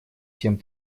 семь